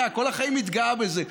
כל החיים התגאה בזה.